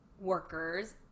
workers